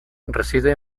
reside